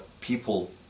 People